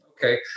Okay